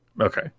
Okay